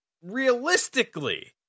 realistically